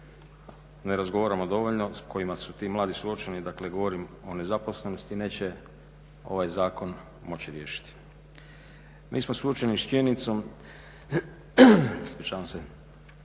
ne razgovaramo dovoljno, s kojima su ti mladi suočeni. Dakle, govorim o nezaposlenosti neće ovaj Zakon moći riješiti. Mi smo suočeni sa činjenicom